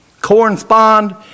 correspond